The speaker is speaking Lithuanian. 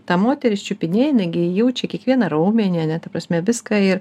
tą moterį čiupinėja jinai gi jaučia kiekvieną raumenį ar ne ta prasme viską ir